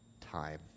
time